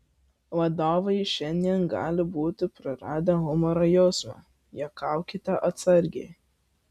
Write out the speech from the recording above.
vadovai šiandien gali būti praradę humoro jausmą juokaukite atsargiai